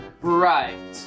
Right